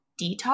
detox